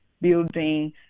building